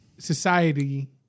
society